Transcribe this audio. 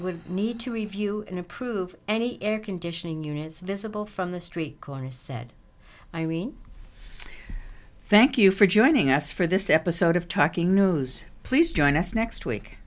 would need to review and approve any air conditioning units visible from the street corners said irene thank you for joining us for this episode of tracking news please join us next week